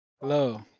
hello